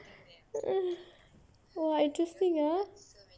!wah! interesting ah